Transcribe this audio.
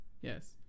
yes